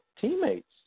teammates